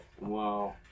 Wow